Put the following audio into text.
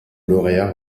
lauréats